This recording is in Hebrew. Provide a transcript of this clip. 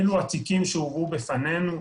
אלו התיקים שהובאו בפנינו.